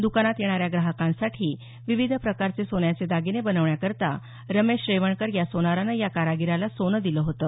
दुकानात येणाऱ्या ग्राहकांसाठी विविध प्रकाराचे सोन्याचे दागिने बनवण्यासाठी रमेश रेवणकर या सोनारानं या कारागिराला सोनं दिलं होतं